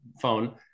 phone